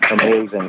Amazing